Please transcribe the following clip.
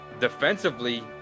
Defensively